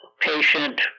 patient